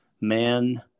man